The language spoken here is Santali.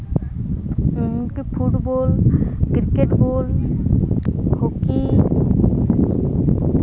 football cricket ball hockey